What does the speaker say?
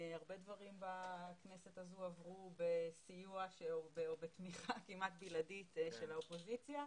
הרבה דברים בכנסת הזו עברו בסיוע או בתמיכה כמעט בלעדית של האופוזיציה.